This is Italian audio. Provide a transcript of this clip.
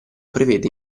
prevede